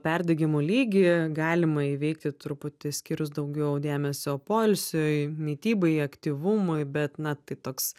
perdegimo lygį galima įveikti truputį skyrus daugiau dėmesio poilsiui mitybai aktyvumui bet na tai toks